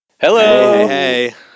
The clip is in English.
Hello